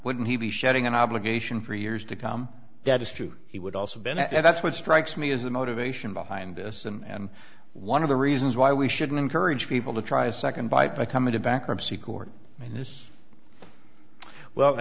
wouldn't he be sharing an obligation for years to come that is true he would also benefit and that's what strikes me is the motivation behind this and one of the reasons why we should encourage people to try a second bite but come into bankruptcy court and this well i